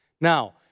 Now